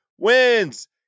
wins